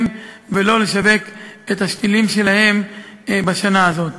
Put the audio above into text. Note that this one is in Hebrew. ולא לשווק את השתילים שלהם בשנה הזאת.